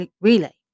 relay